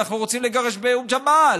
אנחנו רוצים לגרש באום ג'מאל,